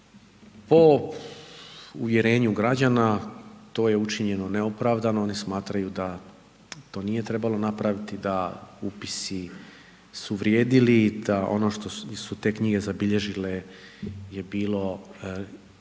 po uvjerenju građana to je učinjeno neopravdano, oni smatraju da to nije trebalo napraviti, da upisi su vrijedili, da ono što su te knjige zabilježile je bilo,